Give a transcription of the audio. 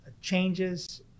changes